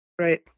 Right